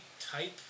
type